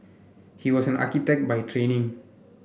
he was an architect by training